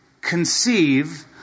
conceive